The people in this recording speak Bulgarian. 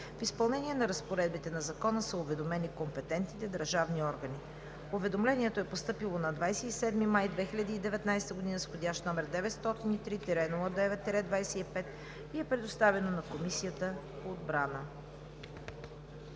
В изпълнение на разпоредбите на закона са уведомени компетентните държавни органи. Уведомлението е постъпило на 27 май 2019 г. с вх. № 903 09-25 и е предоставено на Комисията по отбрана.